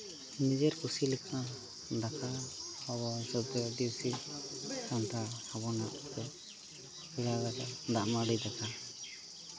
ᱱᱤᱡᱮᱨ ᱠᱩᱥᱤ ᱞᱮᱠᱟ ᱫᱟᱠᱟ ᱥᱟᱶᱛᱮ ᱟᱵᱚᱱᱟᱜ ᱫᱟᱜ ᱢᱟᱹᱰᱤ ᱫᱟᱠᱟ